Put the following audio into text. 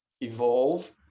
evolve